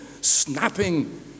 snapping